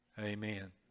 amen